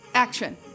Action